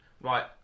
right